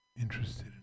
Interested